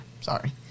Sorry